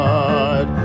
God